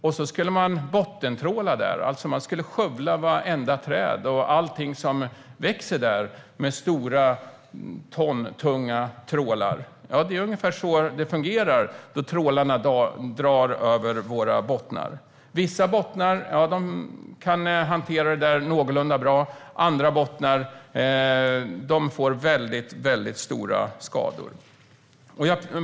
Om man skulle bottentråla där och skövla vartenda träd och allt som växer där med stora tunga trålar fungerar det ungefär som när trålarna dras utmed havsbottnarna. Vissa bottnar klarar sig någorlunda bra, andra bottnar får väldigt stora skador.